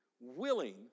willing